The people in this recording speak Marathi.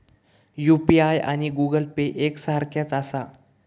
यू.पी.आय आणि गूगल पे एक सारख्याच आसा?